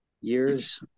years